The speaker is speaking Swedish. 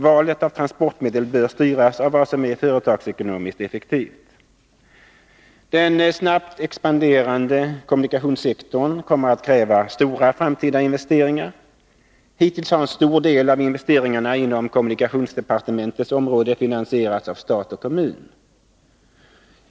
Valet av transportmedel bör styras av vad som är företagsekonomiskt effektivt. Den snabbt expanderande kommunikationssektorn kommer att kräva stora framtida investeringar. Hittills har en stor del av investeringarna inom kommunikationsdepartementets område finansierats av stat och kommun.